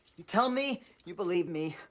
you tell me you believe me,